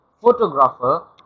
photographer